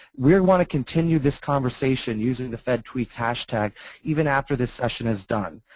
we and want to continue this conversation using the fed tweet's hash tag even after this session is done.